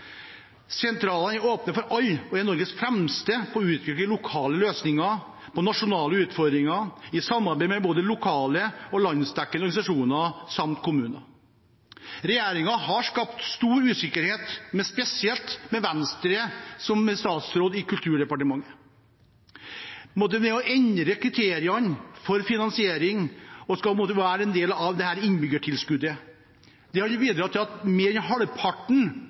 Sentralene er åpne for alle og er Norges fremste på å utvikle lokale løsninger på nasjonale utfordringer, i samarbeid med både lokale og landsdekkende organisasjoner, samt kommuner. Regjeringen har skapt stor usikkerhet, spesielt med statsråd fra Venstre i Kulturdepartementet. Endringen av kriteriene for finansiering til at det skal være en del av innbyggertilskuddet, ville bidratt til at mer enn halvparten